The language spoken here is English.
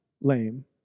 lame